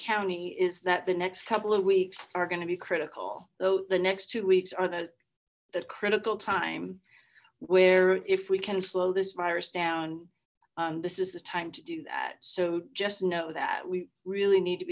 county is that the next couple of weeks are going to be critical though the next two weeks are the critical time where if we can slow this virus down this is the time to do that so just know that we really need to